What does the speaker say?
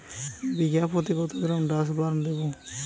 বিঘাপ্রতি কত gram Dursban দেবো?